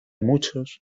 muchos